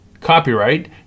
Copyright